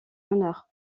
honneur